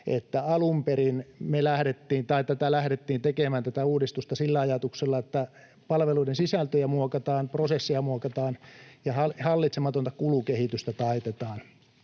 uudistusta lähdettiin tekemään sillä ajatuksella, että palveluiden sisältöjä muokataan, prosesseja muokataan ja hallitsematonta kulukehitystä taitetaan.